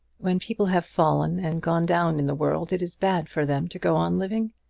when people have fallen and gone down in the world it is bad for them to go on living.